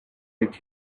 with